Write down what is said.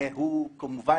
והוא כמובן